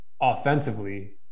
offensively